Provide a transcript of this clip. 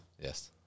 Yes